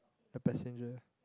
a passenger